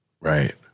Right